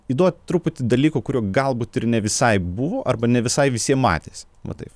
įduot truputį dalykų kurių galbūt ir ne visai buvo arba ne visai visiem matėsi va taip